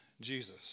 Jesus